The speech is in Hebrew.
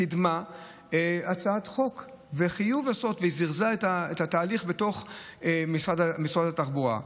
היא קידמה הצעת חוק וחיוב לעשות וזירזה את התהליך בתוך משרד התחבורה.